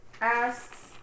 asks